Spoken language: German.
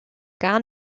gar